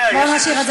בוא נשאיר את זה פתוח.